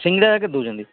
ସିଙ୍ଗଡ଼ାଟା କେତେ ଦେଉଛନ୍ତି